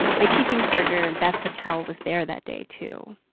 my teaching partner, beth patel, was there that day, too.